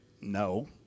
no